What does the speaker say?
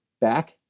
back